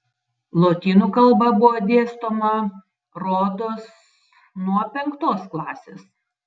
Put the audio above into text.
lotynų kalba buvo dėstoma rodos nuo penktos klasės